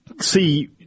see